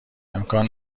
امکان